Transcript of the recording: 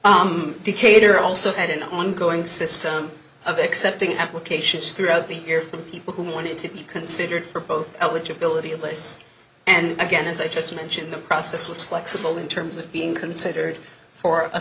assistant decatur also had an ongoing system of accepting applications throughout the year from people who wanted to be considered for both eligibility in place and again as i just mentioned the process was flexible in terms of being considered for a